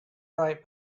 right